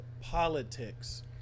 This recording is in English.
politics